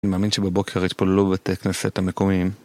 אני מאמין שבבוקר יתפללו בבתי כנסת המקומיים.